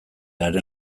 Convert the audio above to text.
haren